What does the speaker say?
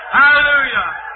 Hallelujah